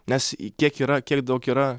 nes į kiek yra kiek daug yra